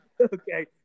okay